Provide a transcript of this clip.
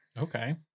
Okay